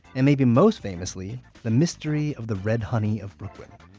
and maybe most famously, the mystery of the red honey of brooklyn.